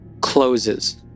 closes